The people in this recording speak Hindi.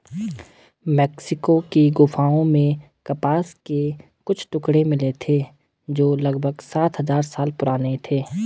मेक्सिको की गुफाओं में कपास के कुछ टुकड़े मिले थे जो लगभग सात हजार साल पुराने थे